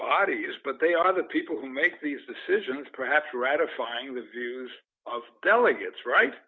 body is but they are the people who make these decisions perhaps ratifying the views of delegates right